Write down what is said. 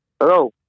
Hello